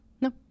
No